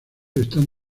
están